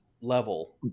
level